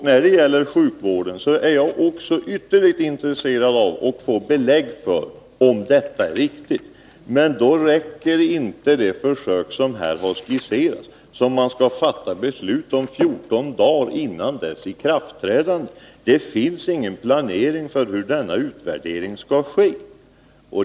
När det gäller sjukvården är jag ytterst intresserad av att få belägg för att vad som sagts här beträffande resultatet är riktigt, men då räcker det inte med den försöksverksamhet som har skisserats i detta förslag och som man skall fatta beslut om 14 dagar innan den träder i kraft. Det finns ingen planering för hur utvärderingen skall ske.